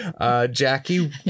Jackie